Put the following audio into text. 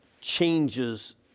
changes